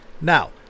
Now